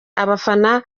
abafana